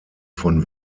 von